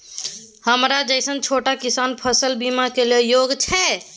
हमरा जैसन छोट किसान फसल बीमा के लिए योग्य छै?